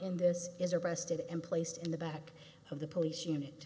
in this is arrested and placed in the back of the police unit